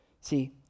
See